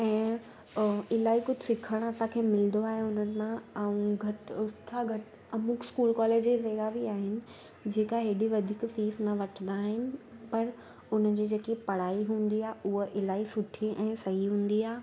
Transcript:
ऐं इलाही कुझु सिखणु असांखे मिलंदो आहे उन्हनि मां ऐं घटि व्यवस्था घटि अमुख स्कूल कॉलेजेसि अहिड़ा बि आहिनि जेका हेॾी वधीक फीस न वठंदा आहिनि पर उन्हनि जी जेकी पढ़ाई हूंदी आहे उहो इलाही सुठी ऐं सही हूंदी आहे